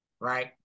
right